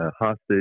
hostage